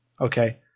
okay